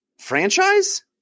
franchise